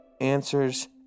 answers